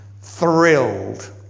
thrilled